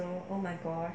hope so oh my god